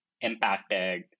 impacted